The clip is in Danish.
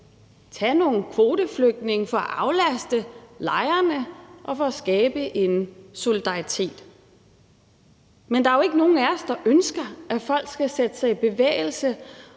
tage nogle kvoteflygtninge for at aflaste lejrene og for at skabe en solidaritet. Der er jo ikke nogen af os, der ønsker, at folk skal sætte sig i bevægelse